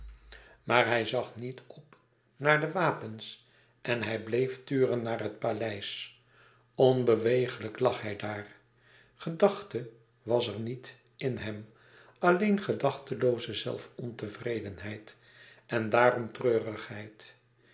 maar hij zag niet op naar de wapens en hij bleef turen naar het paleis onbewegelijk lag hij daar gedachte was er niet in hem alleen gedachtelooze zelfontevredenheid en daarom treurigheid